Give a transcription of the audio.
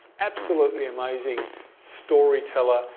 absolutely amazing story teller,